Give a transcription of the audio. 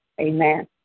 amen